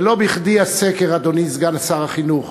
ולא בכדי הסקר, אדוני סגן שר החינוך.